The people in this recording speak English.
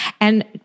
and-